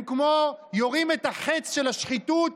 הם כמו יורים את החץ של השחיתות,